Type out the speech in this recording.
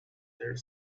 their